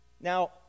Now